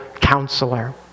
counselor